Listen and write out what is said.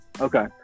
Okay